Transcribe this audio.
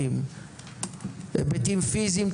היבטים פיזיים,